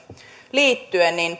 liittyen